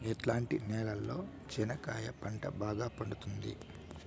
ఎట్లాంటి నేలలో చెనక్కాయ పంట బాగా పండుతుంది?